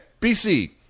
BC